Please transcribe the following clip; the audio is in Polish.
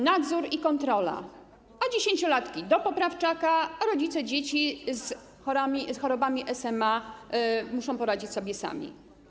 Nadzór i kontrola, a 10-latki do poprawczaka, rodzice dzieci z chorobami SMA muszą poradzić sobie sami.